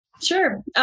Sure